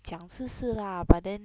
讲是是 lah but then